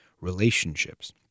relationships